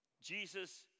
Jesus